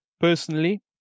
Personally